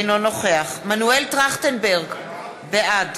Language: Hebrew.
אינו נוכח מנואל טרכטנברג, בעד